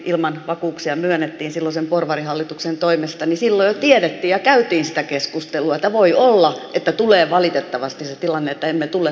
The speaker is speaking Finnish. ilman vakuuksia myönnettiin silloisen porvarihallituksen toimesta ni sillä tiede ja täytistä keskustelua tavoin olla että tulee valitettavasti tilannetta emme tule